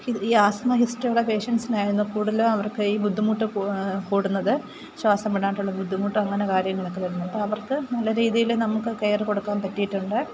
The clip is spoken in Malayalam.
ഈ ആസ്മ ഹിസ്റ്റുള്ള പേഷ്യൻസിനായിരുന്നു കുടുതലും അവർക്ക് ഈ ബുദ്ധിമുട്ട് കു കൂടുന്നത് ശ്വാസം വിടാനിട്ടുള്ള ബുദ്ധിമുട്ട് അങ്ങനെ കാര്യങ്ങളൊക്കെ വരുന്നു അപ്പോൾ അവർക്കു നല്ലരീതിയിൽ നമുക്ക് കെയർ കൊടുക്കാൻ പറ്റിയിട്ടുണ്ട്